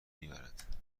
میبرد